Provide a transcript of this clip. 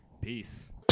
peace